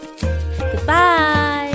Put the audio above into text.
Goodbye